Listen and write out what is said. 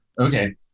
okay